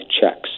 checks